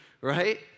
right